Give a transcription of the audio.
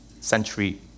century